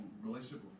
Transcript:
relationship